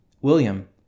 William